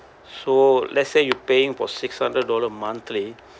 so let's say you paying for six hundred dollar monthly